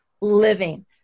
living